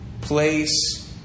place